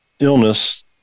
illness